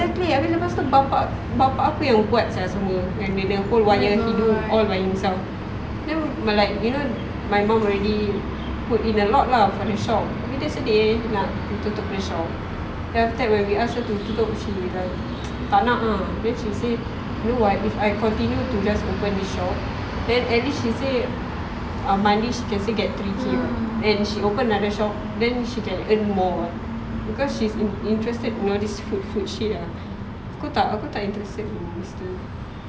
exactly abeh lepas tu bapa bapa aku yang buat sia semua yang the whole wire then he do by himself then like you know my mum already put in a lot lah for that shop abeh dia sedih nak tutup the shop then after that when we ask her to tutup she like tak nak ah then she say you know what if I continue to just open the shop then at least she say monthly she can still get three K [what] she open another shop then she can earn more [what] because she's interested you know this food food shit ah aku tak aku tak interested